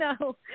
No